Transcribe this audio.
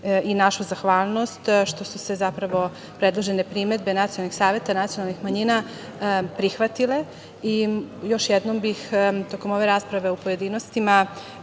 i našu zahvalnost što su zapravo predložene primedbe nacionalnih saveta nacionalnih manjina prihvatile. Još jednom bih tokom ove rasprave u pojedinostima